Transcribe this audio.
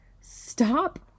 Stop